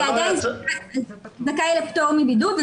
אתה עדיין זכאי לפטור מבידוד.